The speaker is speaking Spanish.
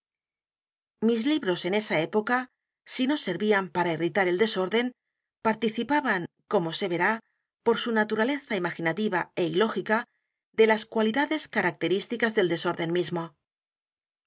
mis libros en esa época si no servían p a r a irritar el desorden participaban como se verá por su naturaleza imaginativa é ilógica de las cualidades características del desorden mismo